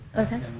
okay.